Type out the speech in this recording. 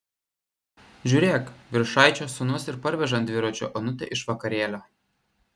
žiūrėk viršaičio sūnus ir parveža ant dviračio onutę iš vakarėlio